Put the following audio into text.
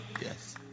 Yes